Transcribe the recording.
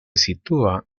sitúa